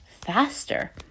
faster